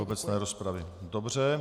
Do obecné rozpravy, dobře.